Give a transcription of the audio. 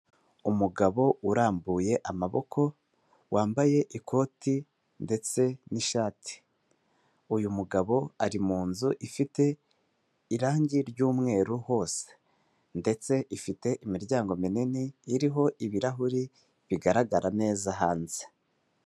Umugabo urambuye amaboko wambaye ikoti ndetse n'ishati. Uyu mugabo ari mu nzu ifite irangi ry'umweru hose ndetse ifite imiryango minini iriho ibirahuri bigaragara neza hanze.